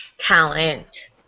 talent